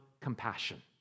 compassion